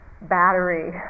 battery